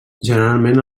generalment